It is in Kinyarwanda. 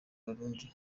n’abarundi